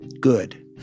good